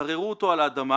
גררו אותו על האדמה,